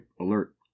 alert